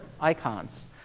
icons